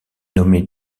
nommé